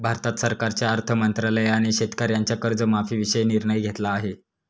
भारत सरकारच्या अर्थ मंत्रालयाने शेतकऱ्यांच्या कर्जमाफीविषयी निर्णय घेतला आहे